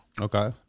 Okay